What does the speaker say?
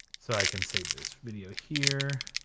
so i can save this video here,